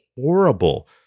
horrible